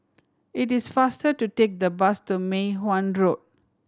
it is faster to take the bus to Mei Hwan Road